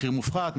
מחיר מופחת,